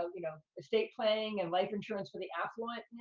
you know, estate planning and life insurance for the affluent,